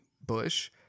bush